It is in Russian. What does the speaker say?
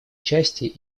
участие